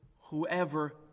whoever